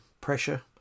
pressure